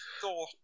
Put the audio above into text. thought